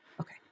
okay